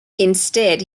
instead